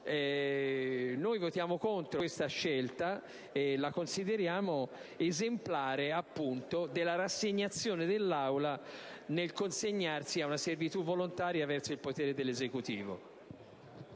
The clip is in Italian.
Noi votiamo contro questa scelta, e la consideriamo esemplare, appunto, della rassegnazione dell'Aula nel consegnarsi ad una servitù volontaria verso il potere esecutivo.